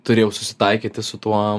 turėjau susitaikyti su tuo